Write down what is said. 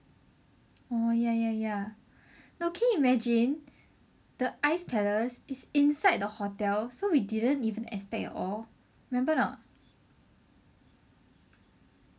oh ya ya ya no can you imagine the ice palace is inside the hotel so we didn't even expect at all remember or not